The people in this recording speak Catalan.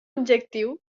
objectiu